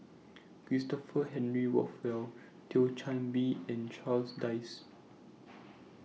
Christopher Henry Rothwell Thio Chan Bee and Charles Dyce